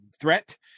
threat